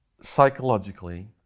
psychologically